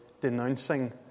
denouncing